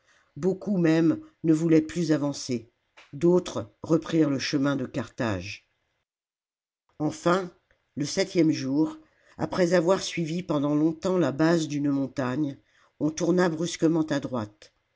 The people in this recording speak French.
beaucoup même ne voulaient plus avancer d'autres reprirent le chemin de carthage enfin le septième jour après avoir suivi pendant longtemps la base d'une montagne on tourna brusquement à droite